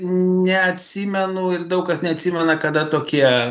neatsimenu ir daug kas neatsimena kada tokie